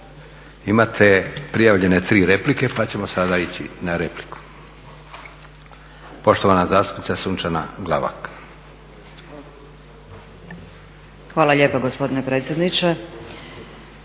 Imate prijavljene 3 replike pa ćemo sada ići na repliku. Poštovana zastupnica Sunčana Glavak. **Glavak, Sunčana (HDZ)** Hvala lijepa gospodine predsjedniče.